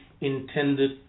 intended